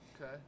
Okay